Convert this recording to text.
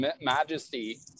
majesty